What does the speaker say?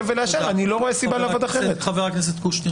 אם הכנסת מפוזרת.